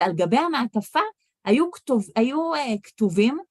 על גבי המעטפה היו כתובים.